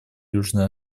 южной